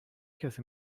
کسی